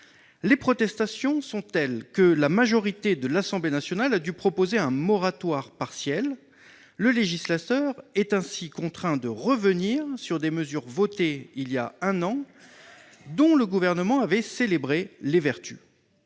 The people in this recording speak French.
Les protestations sont telles que la majorité de l'Assemblée nationale a dû proposer un moratoire partiel. Le législateur est ainsi contraint de revenir sur des mesures votées il y a un an, dont le Gouvernement avait célébré les vertus.